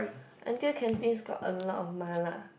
N_T_U canteens got a lot of mala